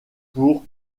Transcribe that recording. pour